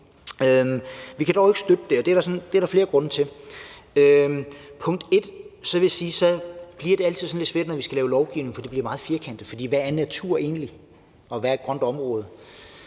Vi kan dog ikke støtte forslaget, og det er der flere grunde til. Som det første vil jeg sige, at det altid bliver lidt svært, når vi skal lave lovgivning, for det bliver meget firkantet, for hvad er natur egentlig, og hvad er et grønt område?